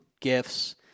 gifts